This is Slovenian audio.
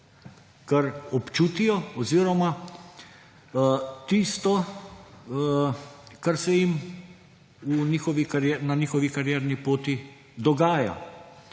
kar občutijo, oziroma tisto, kar se jim na njihovi karierni poti dogaja.